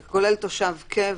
זה כולל תושב קבע.